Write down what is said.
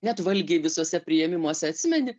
net valgiai visuose priėmimuose atsimeni